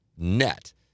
net